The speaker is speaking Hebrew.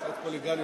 תמיד יש הפתעות.